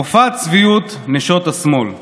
מופע צביעות נשות השמאל.